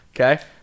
okay